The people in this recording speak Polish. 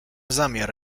zamiar